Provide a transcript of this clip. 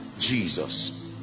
jesus